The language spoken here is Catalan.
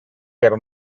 fer